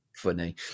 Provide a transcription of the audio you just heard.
funny